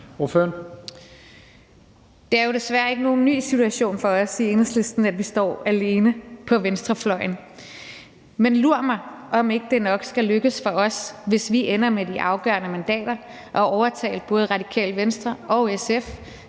Det er jo desværre ikke nogen ny situation for os i Enhedslisten, at vi står alene på venstrefløjen. Men lur mig, om ikke det nok skal lykkes for os, hvis vi ender med de afgørende mandater, at overtale både Radikale Venstre og SF